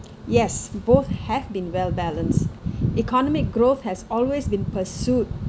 yes both have been well balanced economic growth has always been pursued